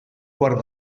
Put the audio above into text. quart